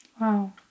Wow